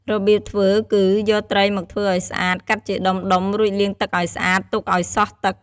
របៀបធ្វើគឺ យកត្រីមកធ្វើឲ្យស្អាត កាត់ជាដុំៗ រួចលាងទឹកឲ្យស្អាត ទុកឲ្យសោះទឹក។